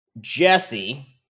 Jesse